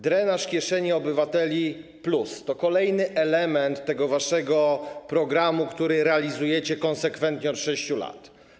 Drenaż kieszeni obywateli+ to kolejny element waszego programu, który realizujecie konsekwentnie od 6 lat.